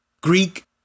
Greek